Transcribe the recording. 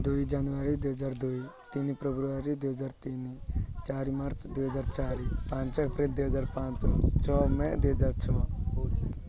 ଦୁଇ ଜାନୁୟାରୀ ଦୁଇହଜାର ଦୁଇ ତିନି ଫେବୃୟାରୀ ଦୁଇହଜାର ତିନି ଚାରି ମାର୍ଚ୍ଚ ଦୁଇହଜାର ଚାରି ପାଞ୍ଚ ଏପ୍ରିଲ୍ ଦୁଇହଜାର ପାଞ୍ଚ ଛଅ ମେ ଦୁଇହଜାର ଛଅ ଜୁନ୍